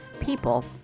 people